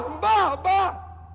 bah, bah.